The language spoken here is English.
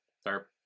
start